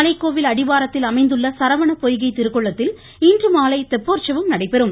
மலைக்கோவில் அடிவாரத்தில் அமைந்துள்ள சரவண பொய்கை திருக்குளத்தில் இன்றுமாலை தெப்போற்சவம் நடைபெறும்